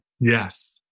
Yes